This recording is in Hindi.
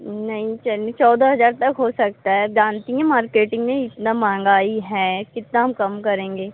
नहीं चलिए चौदह हज़ार तक हो सकता है जानती हैं मार्केटिंग में इतना महँगाई है कितना हम कम करेंगे